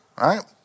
right